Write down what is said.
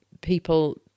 people